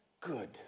good